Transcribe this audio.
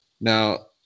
now